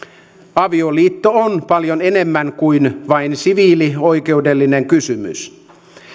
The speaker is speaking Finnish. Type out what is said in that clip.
avioliitto on paljon enemmän kuin vain siviilioikeudellinen kysymys